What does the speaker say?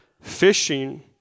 fishing